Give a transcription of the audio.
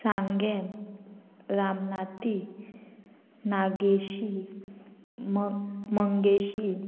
सांगें रामनाथी नागेशी म मंगेशी